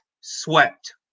swept